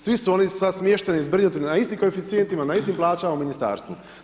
Svi su oni smještani i zbrinuti na istim koeficijentima, na istim plaćama u ministarstvu.